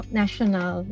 national